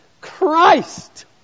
Christ